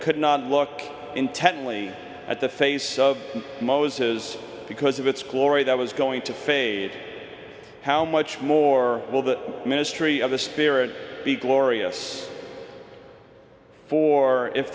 could not look intently at the face of moses because of its glory that was going to fade how much more will the ministry of the spirit be glorious for if